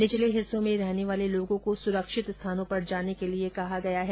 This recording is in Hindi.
निचले हिस्सों में रहने वाले लोगों को सुरक्षित स्थानों पर जाने के लिए कहा गया है